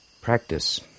practice